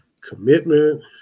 commitment